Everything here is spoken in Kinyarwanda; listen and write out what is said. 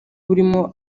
burimo